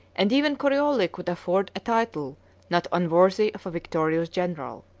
and even corioli could afford a title not unworthy of a victorious general.